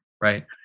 right